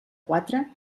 quatre